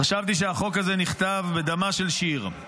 חשבתי שהחוק הזה נכתב בדמה של שיר.